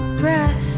breath